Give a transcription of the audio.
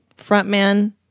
Frontman